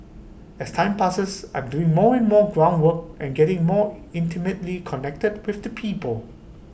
as time passes I'm doing more and more ground work and getting more intimately connected with the people